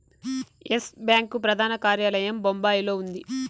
yes bank ప్రధాన కార్యాలయం బొంబాయిలో ఉంది